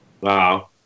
wow